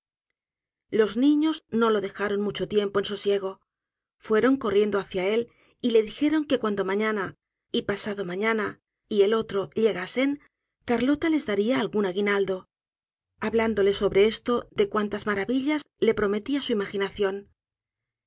los niños no lo dejaron mucho tiempo en sosiego fueron corriendo hacia él y le dijeron que cuando mañana y pasado mañana y el otro llegasen carlota les daría el aguinaldo habiéndole sobre esto de cuantas maravillas les prometía su imaginación